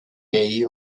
gay